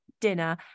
dinner